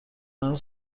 هنوز